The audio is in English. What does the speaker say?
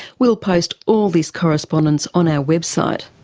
we'll post all this correspondence on our website.